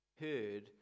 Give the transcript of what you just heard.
heard